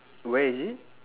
where is it